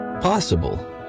Possible